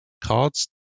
cards